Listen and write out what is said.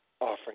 Offering